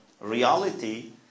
reality